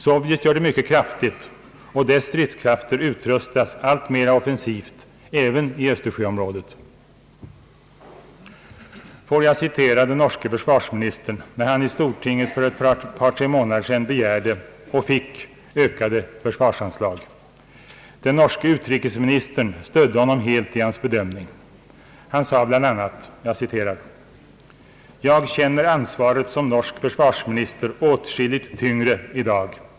Sovjet gör det mycket kraftigt, och dess stridskrafter utrustas alltmera offensivt — även i Östersjöområdet. Får jag citera den norske försvarsministern, när han i stortinget för ett par tre månader sedan begärde — och fick — ökade försvarsanslag. Den norske utrikesministern stödde honom helt i hans bedömning. Han sade bla. »Jag känner ansvaret som norsk försvarsminister åtskilligt tyngre i dag.